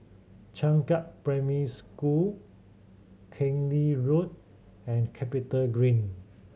Changkat Primary School Keng Lee Road and CapitaGreen